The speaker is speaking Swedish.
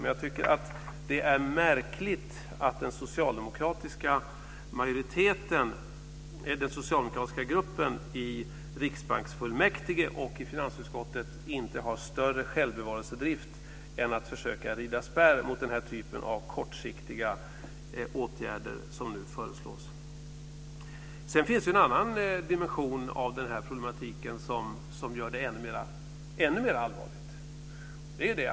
Men jag tycker att det är märkligt att den socialdemokratiska gruppen i riksbanksfullmäktige och i finansutskottet inte har större självbevarelsedrift än att försöka rida spärr mot den här typen av kortsiktiga åtgärder som nu föreslås. Det finns ju en annan dimension av den här problematiken som gör det ännu mer allvarligt.